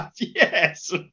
Yes